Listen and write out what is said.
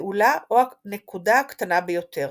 הפעולה או הנקודה הקטנה ביותר.